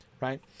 Right